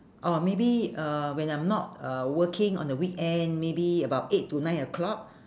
orh maybe uh when I'm not uh working on the weekend maybe about eight to nine o'clock